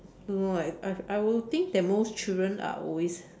don't know eh I I will think that most children are always